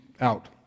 out